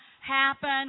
happen